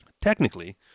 Technically